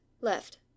left